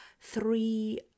three